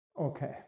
Okay